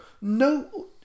No